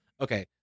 Okay